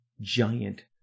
giant